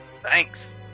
Thanks